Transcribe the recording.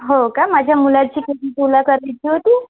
हो का माझ्या मुलाची के जी टूला करायची होती